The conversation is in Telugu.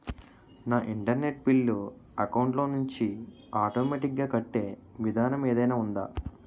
నా ఇంటర్నెట్ బిల్లు అకౌంట్ లోంచి ఆటోమేటిక్ గా కట్టే విధానం ఏదైనా ఉందా?